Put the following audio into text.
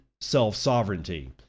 self-sovereignty